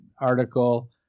article